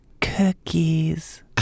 cookies